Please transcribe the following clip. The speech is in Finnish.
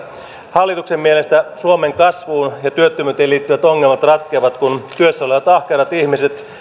hallituksen mielestä suomen kasvuun ja työttömyyteen liittyvät ongelmat ratkeavat kun työssä olevat ahkerat ihmiset ja